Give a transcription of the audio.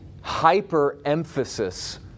hyper-emphasis